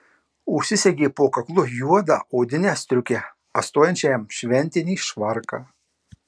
užsisegė po kaklu juodą odinę striukę atstojančią jam šventinį švarką